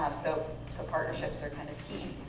so so partnerships are kind of key.